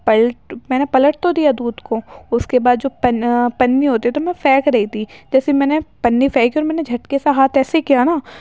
پلٹ میں نے پلٹ تو دیا دودھ کو اس کے بعد جو پنی ہوتی ہے تو میں پھینک رہی تھی جیسے میں نے پنی پھینکی اور میں نے جھٹکے سے ہاتھ ایسے کیا نا